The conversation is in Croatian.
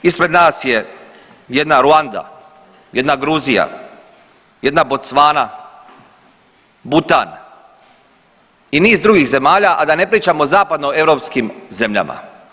Ispred nas je jedna Ruanda, jedna Gruzija, jedna Bocvana, Butan i niz drugih zemalja, a da ne pričamo o zapadnoeuropskim zemljama.